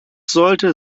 sollte